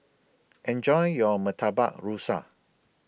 Enjoy your Murtabak Rusa